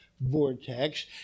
vortex